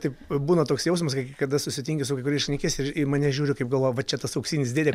taip būna toks jausmas kai kada susitinki su kai kuriais šnekiesi ir į mane žiūri kaip galvoja va čia tas auksinis dėdė